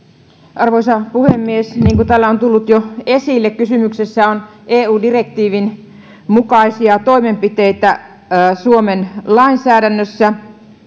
arvoisa puhemies niin kuin täällä on tullut jo esille kysymyksessä on eu direktiivin mukaisia toimenpiteitä suomen lainsäädännössä